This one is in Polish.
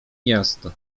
miasto